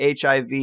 HIV